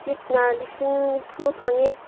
ꯁꯤꯛꯁꯅ ꯂꯤꯁꯤꯡ ꯅꯤꯐꯨ ꯐꯪꯉꯦ